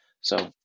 So-